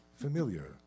familiar